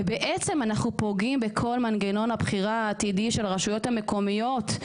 ובעצם אנחנו פוגעים בכל מנגנון הבחירה העתידי של הרשויות המקומיות.